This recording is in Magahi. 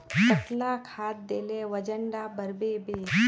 कतला खाद देले वजन डा बढ़बे बे?